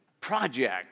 project